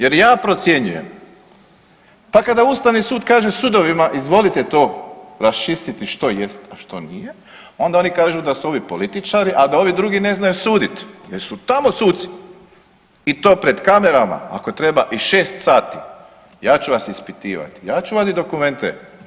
Da jer ja procjenjujem, pa kada ustavni sud kaže sudovima izvolite to raščistiti što jest, a što nije onda oni kažu da su ovi političari, a da ovi drugi ne znaju sudit jer su tamo suci i to pred kamerama ako treba i šest sati ja ću vas ispitivat, ja ću vodit dokumente.